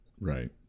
Right